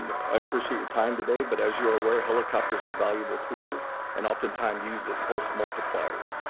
i appreciate your time today. but as you are aware, helicopters are valuable tools and oftentimes used as force multipliers.